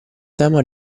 tema